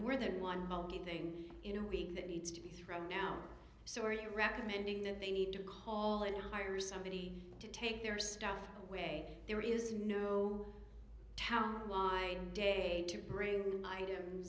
more than one thing in a week that needs to be thrown out so are you recommending that they need to call and hire somebody to take their stuff away there is no town by day to bring